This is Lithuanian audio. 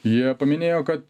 jie paminėjo kad